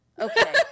Okay